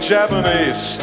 Japanese